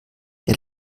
der